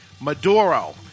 Maduro